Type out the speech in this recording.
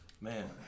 man